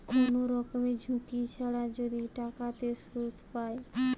কোন রকমের ঝুঁকি ছাড়া যদি টাকাতে সুধ পায়